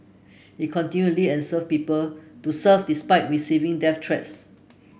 he continually and serve people to serve despite receiving death threats